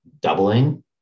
doubling